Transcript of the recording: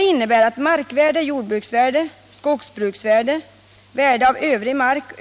Herr talman!